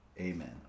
Amen